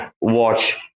watch